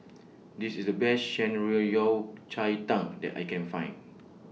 This IS The Best Shan Rui Yao Cai Tang that I Can Find